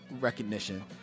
recognition